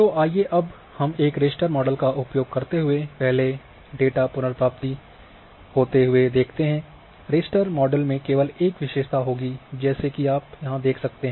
तो आइए हम एक रास्टर मॉडल का उपयोग करते हुए पहले डेटा पुनर्प्राप्ति होते हुए देखते हैं रास्टर मॉडल में केवल एक विशेषता होगी जैसे की आप यहां देख सकते हैं